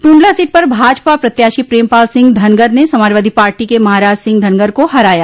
Tundla seat पर भाजपा प्रत्याशी प्रेमपाल सिंह धनगर ने समाजवादी पार्टी के महाराज सिंह धनगर को हराया